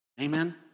Amen